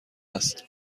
است